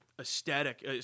aesthetic